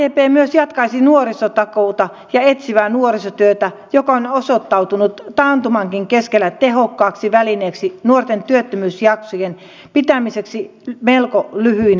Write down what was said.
sdp myös jatkaisi nuorisotakuuta ja etsivää nuorisotyötä joka on osoittautunut taantumankin keskellä tehokkaaksi välineeksi nuorten työttömyysjaksojen pitämiseksi melko lyhyinä